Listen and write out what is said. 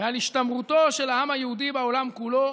ועל השתמרותו של העם היהודי בעולם כולו